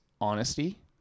honesty